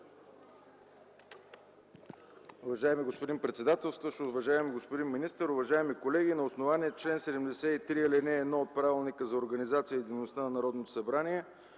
Уважаеми господин председател, уважаеми господин министър, уважаеми колеги! На основание чл. 73, ал. 1 от Правилника за организацията и дейността на Народното събрание